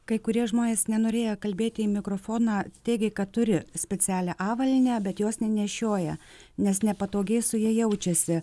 kai kurie žmonės nenorėjo kalbėti į mikrofoną teigė kad turi specialią avalynę bet jos nenešioja nes nepatogiai su ja jaučiasi